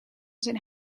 zijn